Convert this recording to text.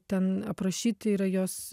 ten aprašyti yra jos